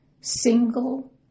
single